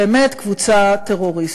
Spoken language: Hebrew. באמת קבוצה טרוריסטית.